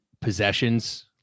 possessions